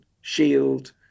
shield